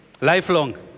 Lifelong